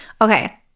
okay